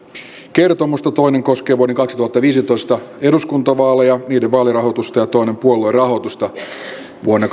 kertomusta toinen koskee vuoden kaksituhattaviisitoista eduskuntavaaleja niiden vaalirahoitusta ja toinen puoluerahoitusta vuonna